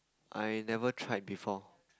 I never tried before